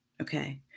okay